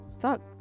Fuck